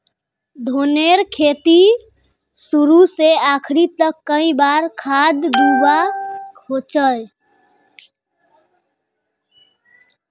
धानेर खेतीत शुरू से आखरी तक कई बार खाद दुबा होचए?